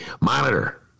Monitor